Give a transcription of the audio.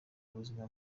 ubuzima